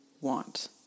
want